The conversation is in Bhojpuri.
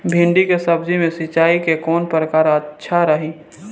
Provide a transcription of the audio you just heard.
भिंडी के सब्जी मे सिचाई के कौन प्रकार अच्छा रही?